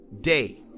day